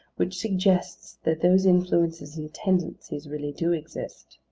which suggests that those influences and tendencies really do exist.